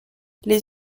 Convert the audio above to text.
les